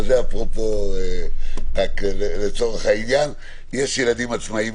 זה אפרופו העניין, יש ילדים עצמאיים.